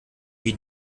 wie